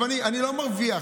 עכשיו, אני לא מרוויח.